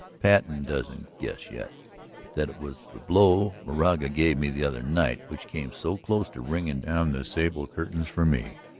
patten doesn't guess yet that it was the blow moraga gave me the other night which came so close to ringing down the sable curtains for me.